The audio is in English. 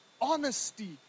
honesty